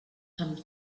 amb